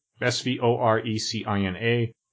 S-V-O-R-E-C-I-N-A